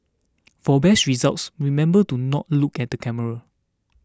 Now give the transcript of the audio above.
for best results remember to not look at the camera